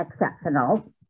exceptional